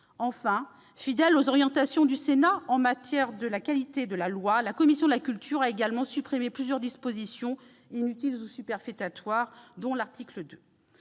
Enfin, fidèle aux orientations du Sénat en matière de qualité de la loi, la commission de la culture a supprimé plusieurs dispositions inutiles ou superfétatoires, dont celles